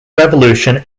revolution